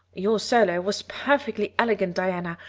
your solo was perfectly elegant, diana.